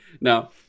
now